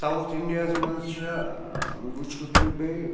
south اِنٛڈیاہَس منٛز چھِ وٕچھِو تُہۍ بیٚیہِ